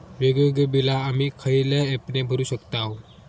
वेगवेगळी बिला आम्ही खयल्या ऍपने भरू शकताव?